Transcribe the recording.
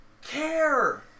care